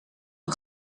een